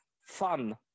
fun